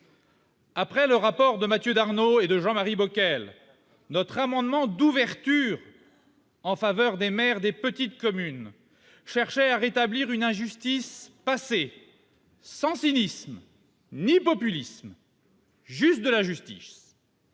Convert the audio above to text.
Après le rapport de Mathieu Darnaud et de Jean-Marie Bockel, notre amendement d'ouverture en faveur des maires des petites communes cherchait à réparer à une injustice passée, sans cynisme ni populisme ; juste de la justice